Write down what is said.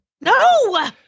No